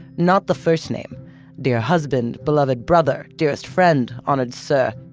not the first name dear husband, beloved brother, dearest friend, honored sir.